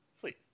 Please